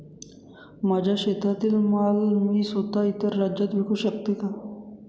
माझ्या शेतातील माल मी स्वत: इतर राज्यात विकू शकते का?